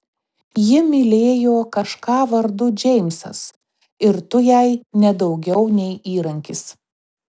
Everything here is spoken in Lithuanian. ji mylėjo kažką vardu džeimsas ir tu jai ne daugiau nei įrankis